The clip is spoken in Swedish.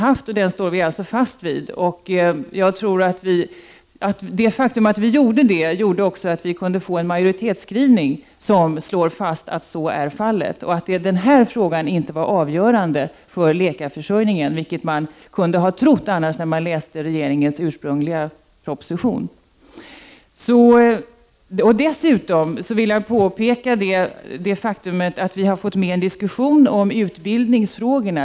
Att vi gjorde det i utskottet gjorde också, tror jag, att vi kunde få till stånd en majoritetsskrivning som slog fast att så är fallet och att det i den här frågan inte är avgörande för läkarförsörjningen, vilket man annars kunde ha trott när man läste regeringens ursprungliga förslag. Dessutom vill jag påpeka det faktum att vi har fått med en diskussion om utbildningsfrågorna.